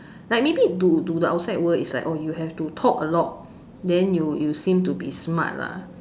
like maybe to to the outside world is like oh you have to talk a lot then you you seem to be smart lah